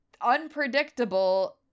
unpredictable